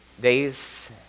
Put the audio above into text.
days